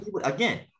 again